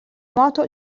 nuoto